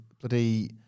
bloody